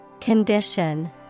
Condition